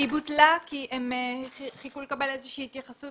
היא בוטלה כי הם חיכו לקבל איזושהי התייחסות